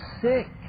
sick